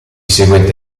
seguente